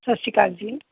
ਸਤਿ ਸ਼੍ਰੀ ਅਕਾਲ ਜੀ